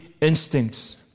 instincts